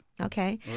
Okay